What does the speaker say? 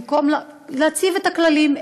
להציב את הכללים,